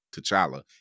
T'Challa